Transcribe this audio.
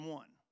one